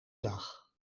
dag